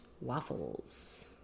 waffles